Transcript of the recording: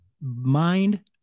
mind